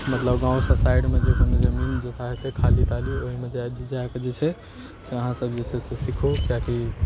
मतलब गामसँ साइडमे जे कोनो जमीनजथा हेतै खाली ताली ओहिमे जाकऽ जे छै से अहाँसभ जे छै से सीखू किएकि